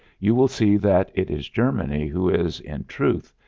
you will see that it is germany who is, in truth,